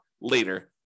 later